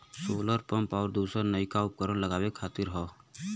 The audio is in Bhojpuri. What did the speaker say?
सोलर पम्प आउर दूसर नइका उपकरण लगावे खातिर हौ